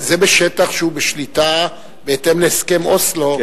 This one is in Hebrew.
אז זה בשטח שהוא בשליטה בהתאם להסכם אוסלו,